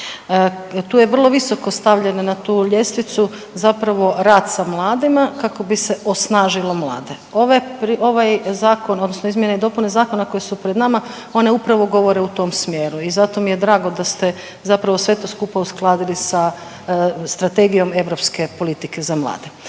Tu je vrlo visoko stavljen na tu ljestvicu zapravo rad sa mladima kako bi se osnažilo mlade. Ove, ovaj Zakon odnosno izmjene i dopune zakona koje su pred nama, one upravo govore u tom smjeru i zato mi je drago da ste zapravo sve to skupa uskladili sa strategijom europske politike za mlade.